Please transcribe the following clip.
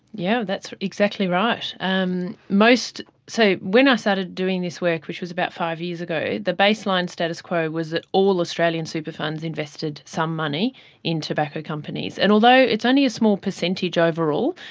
yeah that's exactly right. and so when i started doing this work, which was about five years ago, the baseline status quo was that all australian super funds invested some money in tobacco companies. and although it's only a small percentage overall,